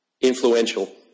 Influential